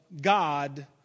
God